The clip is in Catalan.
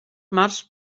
mars